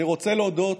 אני רוצה להודות